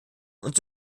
und